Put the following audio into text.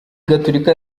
gatulika